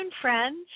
Friends